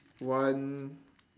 one